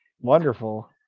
wonderful